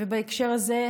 ובהקשר הזה,